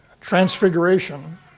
transfiguration